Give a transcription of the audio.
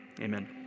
Amen